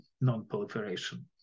non-proliferation